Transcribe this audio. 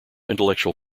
intellectual